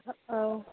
औ